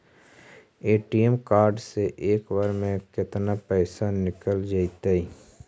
ATM card से एक बार में केतना पैसा निकल जइतै?